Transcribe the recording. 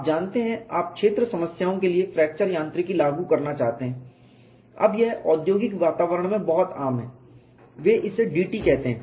आप जानते हैं यदि आप क्षेत्र समस्याओं के लिए फ्रैक्चर यांत्रिकी लागू करना चाहते हैं अब यह औद्योगिक वातावरण में बहुत आम है वे इसे DT कहते हैं